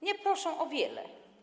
Nie proszą o wiele.